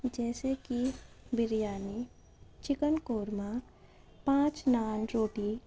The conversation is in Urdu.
جیسے کہ بریانی چکن قورمہ پانچ نان روٹی